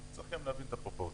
אז צריכים להבין גם את הפרופורציות.